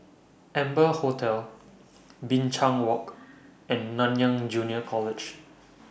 Amber Hotel Binchang Walk and Nanyang Junior College